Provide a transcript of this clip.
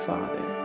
Father